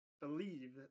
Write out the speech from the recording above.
believe